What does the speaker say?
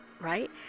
right